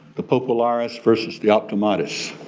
the populares versus the optimatus.